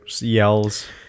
yells